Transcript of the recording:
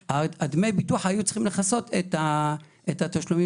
אנחנו עוברים על כל תושבי מדינת ישראל